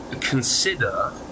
consider